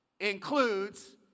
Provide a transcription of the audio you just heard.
includes